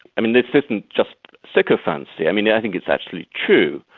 i mean this isn't just sycophancy, i mean yeah i think it's actually true.